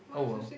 oh well